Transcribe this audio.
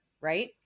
Right